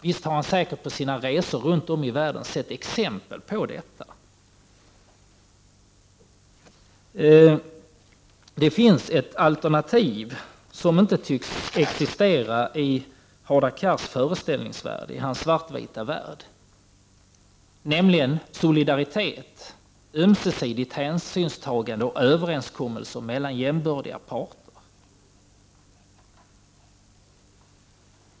Nog har väl Hadar Cars på sina resor runt om i världen sett exempel på utsugning? Det finns ett alternativ som inte tycks existera i Hadar Cars svartvita föreställningsvärld, nämligen solidaritet, ömsesidigt hänsynstagande och överenskommelser mellan jämbördiga parter.